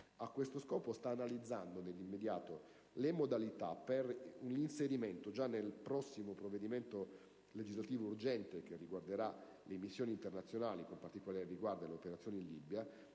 A questo scopo, esso sta analizzando nell'immediato le modalità per l'inserimento, già nel prossimo provvedimento legislativo d'urgenza che riguarderà le missioni internazionali (con particolare riguardo alle operazioni in Libia),